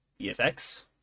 EFX